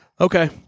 Okay